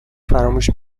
فراموش